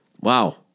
Wow